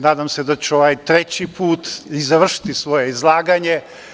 Nadam se da ću ovaj treći put i završiti svoje izlaganje.